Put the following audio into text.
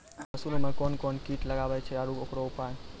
मसूर मे कोन कोन कीट लागेय छैय आरु उकरो उपाय?